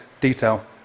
detail